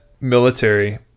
military